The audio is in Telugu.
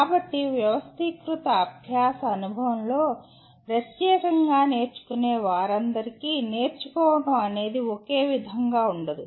కాబట్టి వ్యవస్థీకృత అభ్యాస అనుభవంలో ప్రత్యేకంగా నేర్చుకునే వారందరికీ నేర్చుకోవడం అనేది ఒకే విధంగా ఉండదు